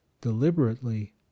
deliberately